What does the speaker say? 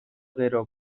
gero